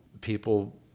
people